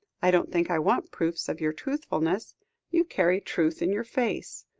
i don't think i want proofs of your truthfulness you carry truth in your face.